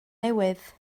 newydd